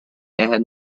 eher